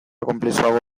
konplexuago